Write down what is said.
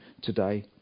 today